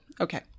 Okay